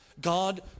God